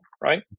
right